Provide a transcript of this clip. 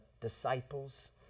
disciples